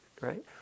right